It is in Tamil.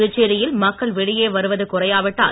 புதுச்சேரியில் மக்கள் வெளியே வருவது குறையா விட்டால்